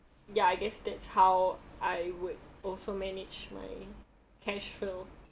ya I guess that's how I would also manage my cash flow